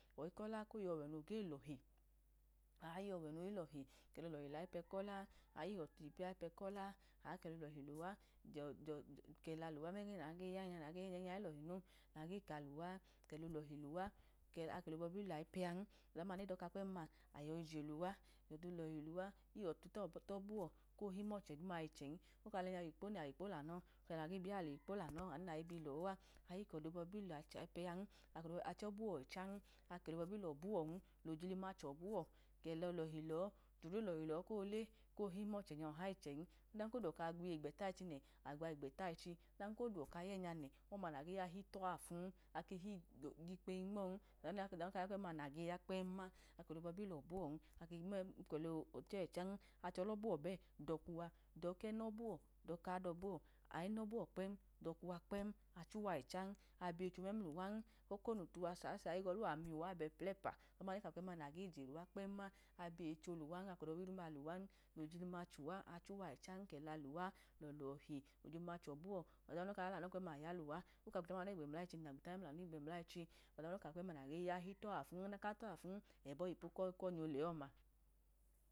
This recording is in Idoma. O̱yi ka ko yẹ ọwẹ noge lohi kẹla olọhi lọyioẹ kọla, aayihọt ipu eyi ayi pẹ kọlaa, aklẹla olọdi luwa, jọjọ kela luwa mọda nage ya mọda ẹgẹ nya ẹgẹ nya olo̱hi no, kẹla olọli luwa okẹla obo̱hi layipẹ an oda duma ne doka kpem ma oyoyi je luwa, jọda olọhi luwa, yichtu tọ buwọ k he mọchẹ duma ẹchẹn oka lẹnya wikpo nẹ de wikpo lamọ, okẹnya nage bi a anu nayi lewikpo lọ a, che kẹla obọbi layipẹ an, achọbuwọ ẹchan, akela obọbi lọbuwọn, lojilma chọbuwọ, kela olohi lọ, jodre olọhi lọ kole, koli mọchenya ọha ẹchẹn, ọdan kodọ ka gwiye igbẹla ẹchi nẹ agwa igbeta ẹchi, ọdan koda ka yẹ nyu nẹ ọma nayi ya ahe to afun, aki heyi jikpeyi nmọ odaduma nokawọ ya kpẹm ma nage ya kpẹm ma, akẹla obọdi lọbuwọ ake e chọ ẹchan, achọlọbuwọ bẹ dọka uwa, dọka enọbuwọ, dọka uwa, dọka enọbuwọ, dọka adọbuwọ, ayi nọbuwọ kpẹm dọka uwa kpẹm, achuwa ẹchan, abiyeyi icho memluwan, hokonu tuwa sasa ega otuwọ aniyiwa abọ ẹplẹpa, ọda uma nẹka kpẹm ma nage je luwa kpẹm ma, abiyeyi icho luwan, akọdọ bọbu duma luwan, lojilima chowa achuwa ẹchan, kẹla luwa lọlọhi ijilima chọbuwọ, ọda noka kawọ ya lamọ kpem ma ya luwa, okawọ gbuta memkanọ igbemuba ẹchi nẹ agbuta memlanu igbẹmule ẹchu, ọda noka kpẹm ma nege yu ahe to afun, ọdan ka to afun abọ yipu konya ọlẹ ọma.